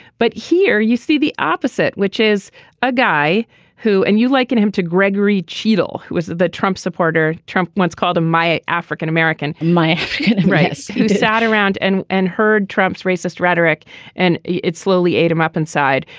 but here you see the opposite which is a guy who and you like and him to gregory cheadle who is the trump supporter. trump once called him my african-american my rights who sat around and and heard trump's racist rhetoric and it slowly made him up inside.